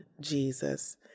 Jesus